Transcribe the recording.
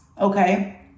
okay